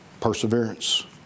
Perseverance